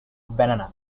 banana